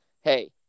hey